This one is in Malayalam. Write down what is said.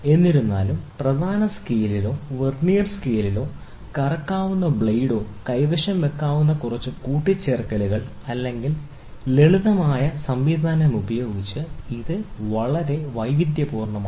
എന്നിരുന്നാലും പ്രധാന സ്കെയിലോ വെർനിയർ സ്കെയിലോ കറക്കാവുന്ന ബ്ലേഡോ കൈവശം വയ്ക്കാവുന്ന കുറച്ച് കൂട്ടിച്ചേർക്കൽ അല്ലെങ്കിൽ ലളിതമായ സംവിധാനം ഉപയോഗിച്ച് ഇത് വളരെ വൈവിധ്യപൂർണ്ണമാക്കാം